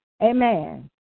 Amen